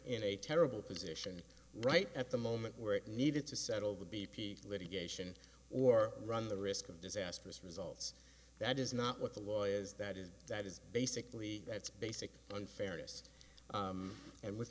in a terrible position right at the moment where it needed to settle the b p litigation or run the risk of disastrous results that is not what the law is that is that is basically that's basic unfairness and with